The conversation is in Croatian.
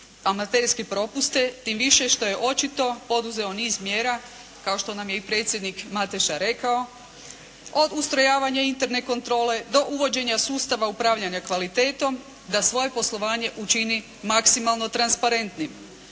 amaterske propuste tim više što je očito poduzeto niz mjera kao što nam je i predsjednik Mateša rekao od ustrojavanja interne kontrole do uvođenja sustava upravljanja kvalitetom da svoje poslovanje učini maksimalno transparentnim.